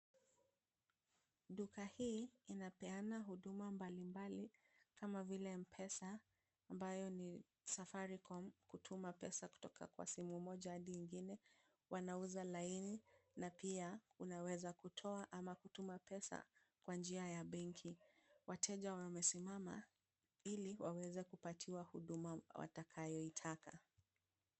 Duka hii inapeana huduma mbalimbali kama vile M-Pesa ambayo ni Safaricom. Kutuma pesa kutoka kwa simu moja hadi nyingine. Wanauza laini na pia unaweza kutoa ama kutuma pesa kwa njia ya benki. Wateja wamesimama ili waweze kupatiwa huduma watakayoitaka.